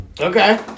Okay